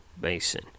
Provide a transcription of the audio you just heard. basin